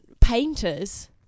painters